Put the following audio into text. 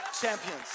champions